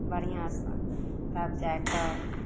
बढ़िऑं से तब जाइके